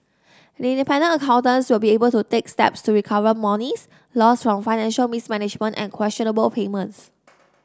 the independent accountants will be able to take steps to recover monies lost from financial mismanagement and questionable payments